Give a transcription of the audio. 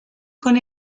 con